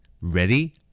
ready